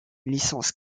licence